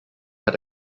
had